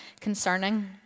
concerning